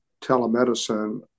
telemedicine